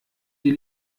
die